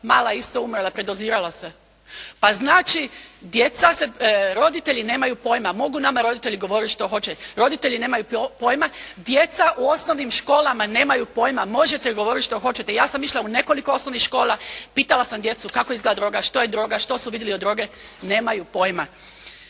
Mala je isto umrla, predozirala se. Pa znači, djeca se, roditelji nemaju pojma. Mogu nama roditelji govoriti što hoće. Roditelji nemaju pojma. Djeca u osnovnim školama nemaju pojma. Možete govoriti što hoćete. Ja sam išla u nekoliko osnovnih škola. Pitala sam djecu, kako izgleda droga? Što je droga? Što su vidjeli od droge? Nemaju pojma.